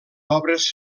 obres